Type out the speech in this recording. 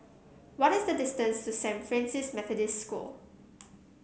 what is the distance to Saint Francis Methodist School